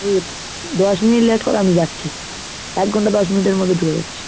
এই দশ minute late করো আমি যাচ্ছি এক ঘন্টা দশ মিনিটের মধ্যে ঢুকে যাচ্ছি